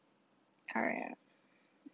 alright